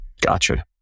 Gotcha